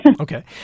Okay